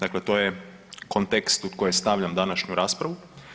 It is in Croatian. Dakle, to je kontekst u koji stavljam današnju raspravu.